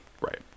Right